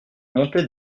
montée